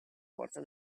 porta